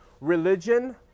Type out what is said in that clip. Religion